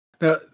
Now